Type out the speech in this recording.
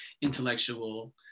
intellectual